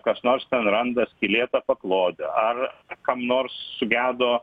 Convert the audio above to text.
kas nors ten randa skylėtą paklodę ar kam nors sugedo